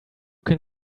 can